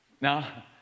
Now